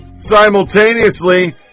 simultaneously